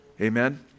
Amen